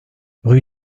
rue